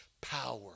power